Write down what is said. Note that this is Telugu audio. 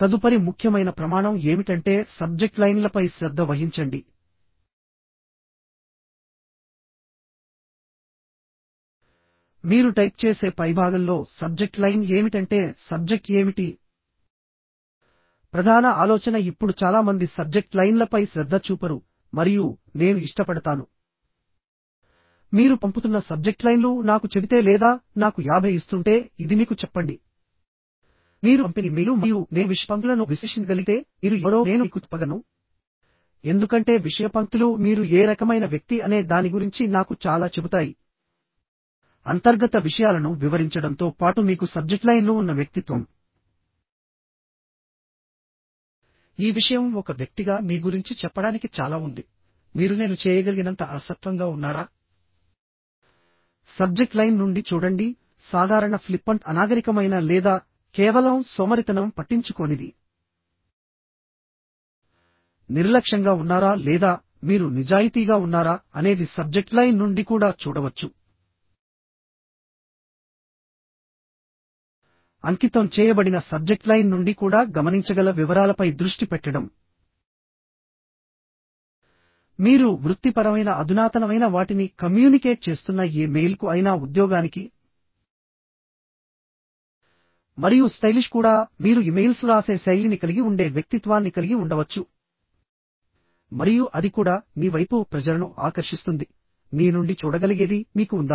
తదుపరి ముఖ్యమైన ప్రమాణం ఏమిటంటే సబ్జెక్ట్ లైన్లపై శ్రద్ధ వహించండి మీరు టైప్ చేసే పైభాగంలో సబ్జెక్ట్ లైన్ ఏమిటంటే సబ్జెక్ట్ ఏమిటి ప్రధాన ఆలోచన ఇప్పుడు చాలా మంది సబ్జెక్ట్ లైన్లపై శ్రద్ధ చూపరు మరియు నేను ఇష్టపడతాను మీరు పంపుతున్న సబ్జెక్ట్ లైన్లు నాకు చెబితే లేదా నాకు 50 ఇస్తుంటే ఇది మీకు చెప్పండి మీరు పంపిన ఇమెయిల్లు మరియు నేను విషయ పంక్తులను విశ్లేషించగలిగితే మీరు ఎవరో నేను మీకు చెప్పగలను ఎందుకంటే విషయ పంక్తులు మీరు ఏ రకమైన వ్యక్తి అనే దాని గురించి నాకు చాలా చెబుతాయి అంతర్గత విషయాలను వివరించడంతో పాటు మీకు సబ్జెక్ట్ లైన్లు ఉన్న వ్యక్తిత్వం ఈ విషయం ఒక వ్యక్తిగా మీ గురించి చెప్పడానికి చాలా ఉంది మీరు నేను చేయగలిగినంత అలసత్వంగా ఉన్నారా సబ్జెక్ట్ లైన్ నుండి చూడండి సాధారణ ఫ్లిప్పంట్ అనాగరికమైన లేదా కేవలం సోమరితనం పట్టించుకోనిది నిర్లక్ష్యంగా ఉన్నారా లేదా మీరు నిజాయితీగా ఉన్నారా అనేది సబ్జెక్ట్ లైన్ నుండి కూడా చూడవచ్చు అంకితం చేయబడిన సబ్జెక్ట్ లైన్ నుండి కూడా గమనించగల వివరాలపై దృష్టి పెట్టడం మీరు వృత్తిపరమైన అధునాతనమైన వాటిని కమ్యూనికేట్ చేస్తున్న ఏ మెయిల్కు అయినా ఉద్యోగానికి మరియు స్టైలిష్ కూడా మీరు ఇమెయిల్స్ వ్రాసే శైలిని కలిగి ఉండే వ్యక్తిత్వాన్ని కలిగి ఉండవచ్చు మరియు అది కూడా మీ వైపు ప్రజలను ఆకర్షిస్తుంది మీ నుండి చూడగలిగేది మీకు ఉందా